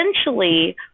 essentially